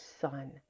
son